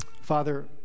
Father